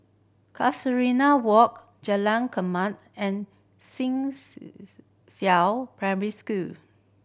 Casuarina Walk Jalan and Xishan Primary School